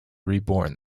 reborn